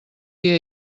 dia